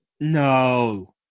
No